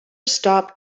stop